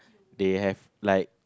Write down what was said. they have like